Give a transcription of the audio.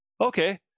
okay